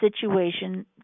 situation